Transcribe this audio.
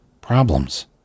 problems